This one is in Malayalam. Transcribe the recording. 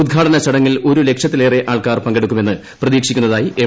ഉദ്ഘാടന ചടങ്ങിൽ ഒരു ലക്ഷത്തില്ലേറെ ആൾക്കാർ പങ്കെടുക്കുമെന്ന് പ്രതീക്ഷിക്കുന്നതായി എം